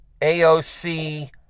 AOC